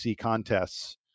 contests